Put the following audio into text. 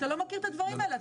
אתה לא מכיר את הדברים האלה,